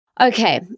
Okay